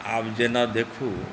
आब जेना देखू